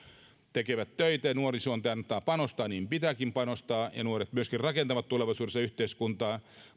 tekevät töitä ja nuorisoon pitää panostaa niin pitääkin panostaa ja nuoret myöskin rakentavat tulevaisuudessa yhteiskuntaa